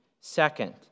Second